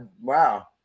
wow